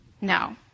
No